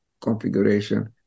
configuration